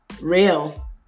real